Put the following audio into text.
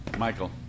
Michael